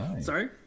sorry